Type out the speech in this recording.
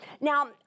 Now